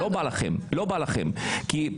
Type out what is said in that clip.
אפרת, לא להפריע.